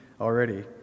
already